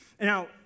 Now